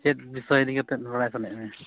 ᱪᱮᱫ ᱵᱤᱥᱳᱭ ᱤᱫᱤ ᱠᱟᱛᱮᱫ ᱵᱟᱲᱟᱭ ᱥᱟᱱᱟᱭᱮᱫ ᱢᱮᱭᱟ